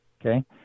okay